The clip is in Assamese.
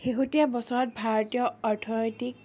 শেহতীয়া বছৰত ভাৰতীয় অৰ্থনৈতিক